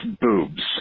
boobs